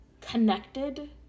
connected